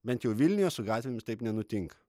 bent jau vilniuje su gatvėmis taip nenutinka